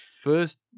first